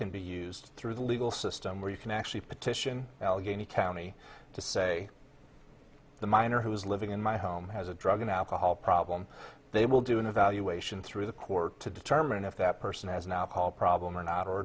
can be used through the legal system where you can actually petition allegheny county to say the miner who is living in my home has a drug and alcohol problem they will do an evaluation through the court to determine if that person has an alcohol problem or not or